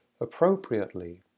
appropriately